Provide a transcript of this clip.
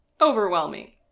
overwhelming